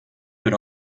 but